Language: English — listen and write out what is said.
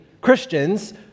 Christians